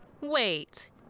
Wait